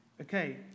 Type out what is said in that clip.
Okay